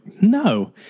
no